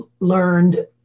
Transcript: learned